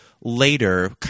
later